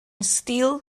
steel